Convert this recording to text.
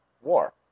war